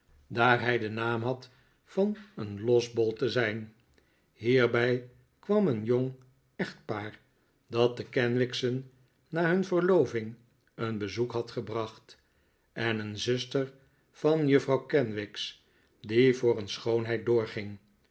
daar hij den naam had van een losbol te zijn hierbij kwam een jong echtpaar dat de kenwigs'en na hun verloving een bezoek had gebracht en een zuster van juffrouw kenwigs die voor een schoonheid doorging